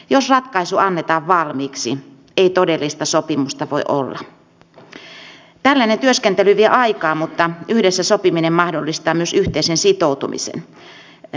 minäkin voin tuoda esiin huoleni tämän sotilaseläkejärjestelmän uudistamisen seurauksista samaan tapaan kuin tässä kanerva ja koko valiokunta ja viimeksi pelkonen toi esille